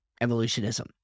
evolutionism